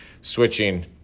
switching